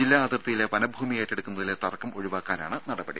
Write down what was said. ജില്ലാ അതിർത്തിയിലെ വനഭൂമി ഏറ്റെടുക്കുന്നതിലെ തർക്കം ഒഴിവാക്കാനാണ് നടപടി